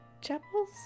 chapels